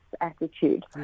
attitude